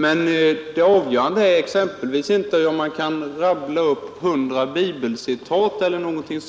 Men det avgörande är exempelvis inte om man kan rabbla upp hundra bibelcitat e. d.